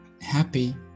happy